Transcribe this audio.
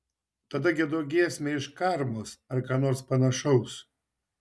tada giedok giesmę iš karmos ar ką nors panašaus